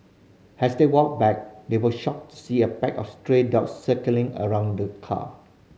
as they walked back they were shocked to see a pack of stray dogs circling around the car